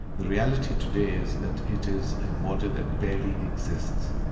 the reality today is that it is a border that barely exists.